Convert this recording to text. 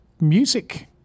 music